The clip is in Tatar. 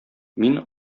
мин